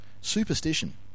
Superstition